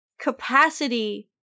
capacity